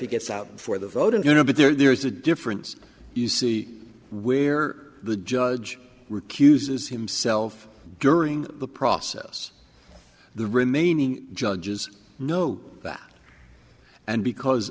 he gets out for the vote and you know but there's a difference you see where the judge recuses himself during the process the remaining judges know that and because